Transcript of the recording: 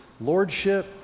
lordship